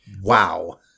Wow